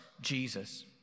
Jesus